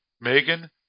Megan